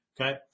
Okay